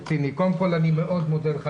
מאוד מודה לך,